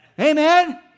Amen